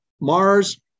Mars